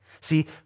See